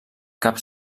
cap